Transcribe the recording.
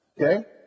Okay